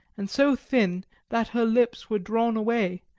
and so thin that her lips were drawn away,